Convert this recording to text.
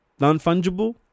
non-fungible